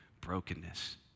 brokenness